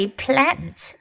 plants